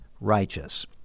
righteous